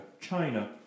China